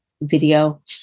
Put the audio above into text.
video